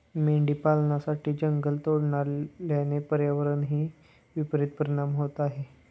मेंढी पालनासाठी जंगल तोडल्याने पर्यावरणावरही विपरित परिणाम होत आहे